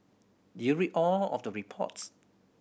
did you read all of the reports